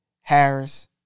Harris